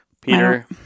Peter